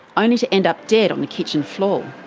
only to end up dead on the kitchen floor.